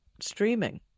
streaming